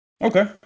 Okay